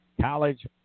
college